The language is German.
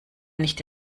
nicht